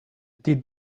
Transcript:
did